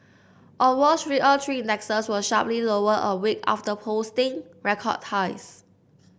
on Wall Street all three indexes were sharply lower a week after posting record highs